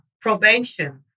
probation